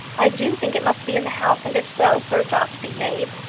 i do think it must be in the house, and if so, search ought to be made.